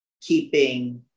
keeping